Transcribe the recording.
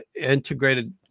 integrated